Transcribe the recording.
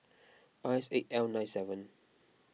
I S eight L nine seven